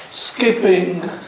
Skipping